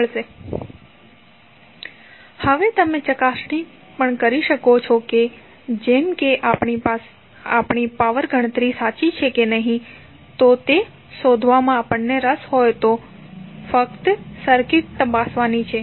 9W 1020W હવે તમે ચકાસણી પણ કરી શકો છો જેમ કે આપણી પાવર ગણતરી સાચી છે કે નહીં જો તે શોધવામાં આપણને રસ હોય તો તમારે ફક્ત સર્કિટ તપાસવાની છે